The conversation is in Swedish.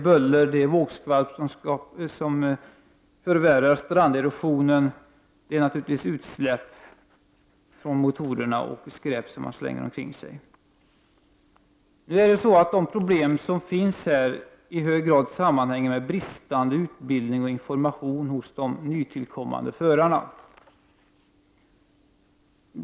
Buller och vågskvalp förvärrar stranderosionen, det förekommer utsläpp från motorerna och man slänger skräp omkring sig. De problemen sammanhänger i hög grad med bristande utbildning hos och information till de nytillkommande förarna.